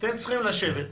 אתם צריכים לשבת,